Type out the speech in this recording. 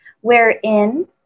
wherein